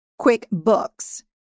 QuickBooks